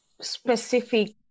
specific